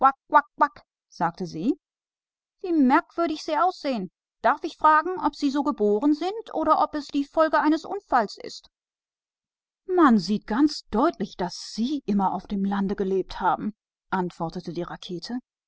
sagte sie was für ein komisches gestell du bist darf ich fragen ob du schon so auf die welt gekommen bist oder ob das die folge eines unfalls ist es ist klar daß sie immer nur auf dem lande gelebt haben bemerkte die rakete